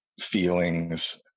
feelings